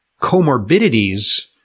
comorbidities